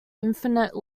infinite